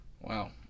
Wow